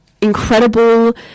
incredible